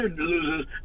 loses